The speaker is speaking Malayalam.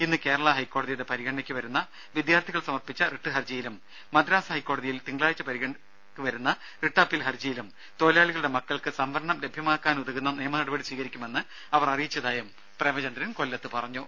ഇന്ന് കേരള ഹൈക്കോടതിയുടെ പരിഗണനയ്ക്ക് വരുന്ന വിദ്യാർത്ഥികൾ സമർപ്പിച്ച റിട്ട് ഹർജിയിലും മദ്രാസ് ഹൈക്കോടതിയിൽ തിങ്കളാഴ്ച വിചാരണയ്ക്ക് വരുന്ന റിട്ട് അപ്പീൽ ഹർജിയിലും തൊഴിലാളികളുടെ മക്കൾക്ക് സംവരണം ലഭ്യമാകാനുതകുന്ന നിയമനടപടി സ്വീകരിക്കുമെന്ന് അവർ അറിയിച്ചതായും പ്രേമചന്ദ്രൻ കൊല്ലത്ത് പറഞ്ഞു